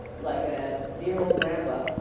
like a dear old grandpa,